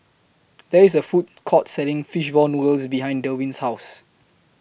There IS A Food Court Selling Fish Ball Noodles behind Derwin's House